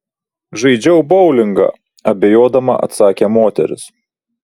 žaidžiau boulingą abejodama atsakė moteris